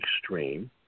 extreme